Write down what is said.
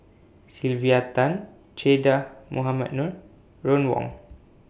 Sylvia Tan Che Dah Mohamed Noor and Ron Wong